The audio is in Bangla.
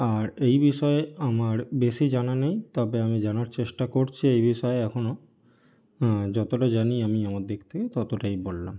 আর এই বিষয়ে আমার বেশি জানা নেই তবে আমি জানার চেষ্টা করছি এই বিষয়ে এখনো যতটা জানি আমি আমার দিক থেকে ততটাই বললাম